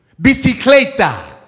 Bicicleta